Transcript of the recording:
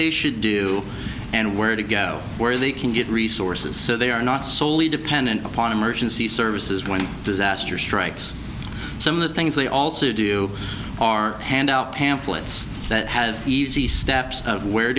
they should do and where to go where they can get resources so they are not solely dependent upon emergency services when disaster strikes some of the things they also do are hand out pamphlets that have easy steps of where